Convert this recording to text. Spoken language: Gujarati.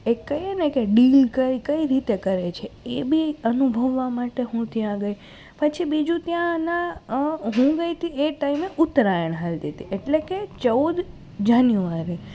એક કહીએ ને કે ડીલ કઈ કઈ રીતે કરે છે એ બી અનુભવવા માટે હું ત્યાં ગઈ પછી બીજું ત્યાંનાં હું ગઈ તી એ ટાઈમે ઉત્તરાયણ ચાલતી તી એટલે કે ચૌદ જાન્યુવારી